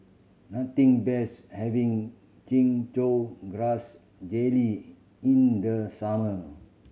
nothing beats having Chin Chow Grass Jelly in the summer